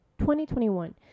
2021